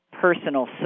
personal